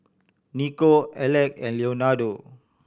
Nico Aleck and Leonardo